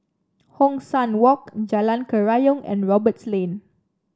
Hong San Walk Jalan Kerayong and Roberts Lane